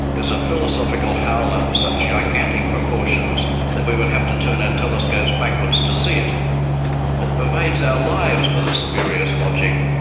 is a philosophical howler of such gigantic proportions that we would have to turn our telescopes backwards to see it. it pervades our lives with its spurious logic.